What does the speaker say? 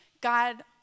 God